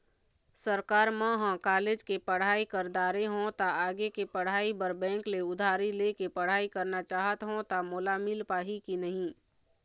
Sir म ह college के पढ़ाई कर दारें हों ता आगे के पढ़ाई बर बैंक ले उधारी ले के पढ़ाई करना चाहत हों ता मोला मील पाही की नहीं?